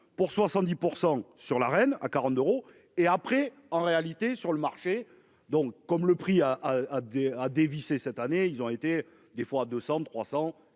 pour 70% sur la reine à 40 euros et après en réalité sur le marché. Donc comme le prix à à à des, à dévisser cette année ils ont été des fois 200, 300